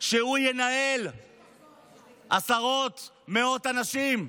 שהוא ינהל עשרות, מאות אנשים,